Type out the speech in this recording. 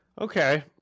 Okay